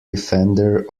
defender